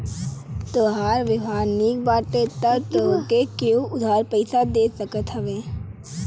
तोहार व्यवहार निक बाटे तअ तोहके केहु उधार पईसा दे सकत हवे